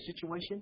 situation